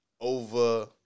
over